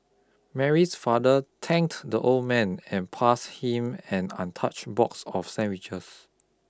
Mary's father thanked the old man and passed him an untouch box of sandwiches